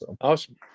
Awesome